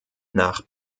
nach